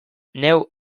neu